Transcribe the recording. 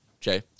Jay